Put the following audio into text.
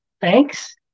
thanks